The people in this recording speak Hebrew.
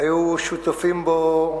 היו שותפים בו,